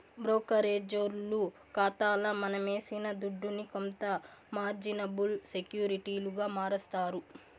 బ్రోకరేజోల్లు కాతాల మనమేసిన దుడ్డుని కొంత మార్జినబుల్ సెక్యూరిటీలుగా మారస్తారు